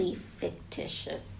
fictitious